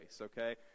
okay